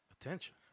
Attention